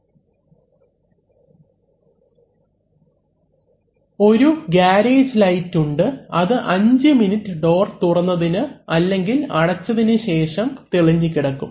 അവലംബിക്കുന്ന സ്ലൈഡ് സമയം 2114 ഒരു ഗാരേജ് ലൈറ്റ് ഉണ്ട് അത് 5 മിനിട്ട് ഡോർ തുറന്നതിന് അല്ലെങ്കിൽ അടച്ചതിന് ശേഷം തെളിഞ്ഞു കിടക്കും